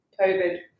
COVID